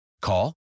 Call